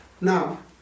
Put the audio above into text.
now